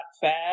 fast